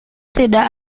tidak